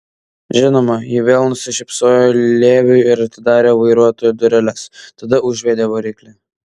žinoma ji vėl nusišypsojo leviui ir atidarė vairuotojo dureles tada užvedė variklį